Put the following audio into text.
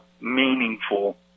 meaningful